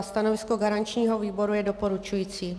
Stanovisko garančního výboru je doporučující.